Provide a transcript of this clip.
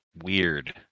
weird